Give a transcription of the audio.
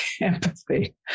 empathy